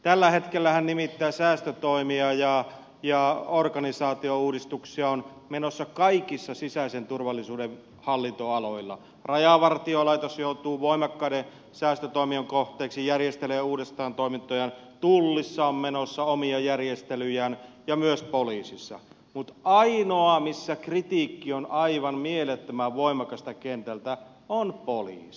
tällä hetkellähän nimittäin säästötoimia ja organisaatiouudistuksia on menossa kaikilla sisäisen turvallisuuden hallintoaloilla rajavartiolaitos joutuu voimakkaiden säästötoimien kohteeksi järjestelee uudestaan toimintojaan tullissa on menossa omia järjestelyjä ja myös poliisissa mutta ainoa missä kritiikki on aivan mielettömän voimakasta kentältä on poliisi